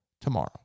tomorrow